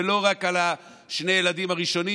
ולא רק על שני הילדים הראשונים,